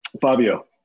Fabio